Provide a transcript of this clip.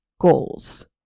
goals